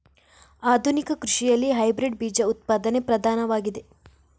ಆಧುನಿಕ ಕೃಷಿಯಲ್ಲಿ ಹೈಬ್ರಿಡ್ ಬೀಜ ಉತ್ಪಾದನೆ ಪ್ರಧಾನವಾಗಿದೆ